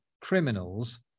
criminals